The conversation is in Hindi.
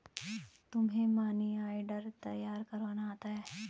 तुम्हें मनी ऑर्डर तैयार करवाना आता है?